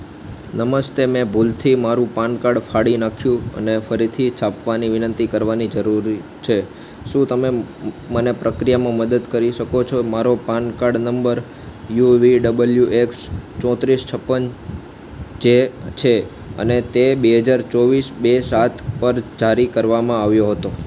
નમસ્તે મેં ભૂલથી મારું પાનકાર્ડ ફાડી નાખ્યું અને ફરીથી છાપવાની વિનંતી કરવાની જરૂરી છે શું તમે મને પ્રક્રિયામાં મદદ કરી શકો છો મારો પાનકાર્ડ નંબર યુવીડબલ્યુએક્સ ચોત્રીસ છપ્પન જે છે અને તે બે હજાર ચોવીસ બે સાત પર જારી કરવામાં આવ્યો હતો